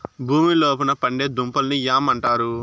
భూమి లోపల పండే దుంపలను యామ్ అంటారు